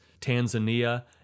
Tanzania